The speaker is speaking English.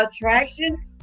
attraction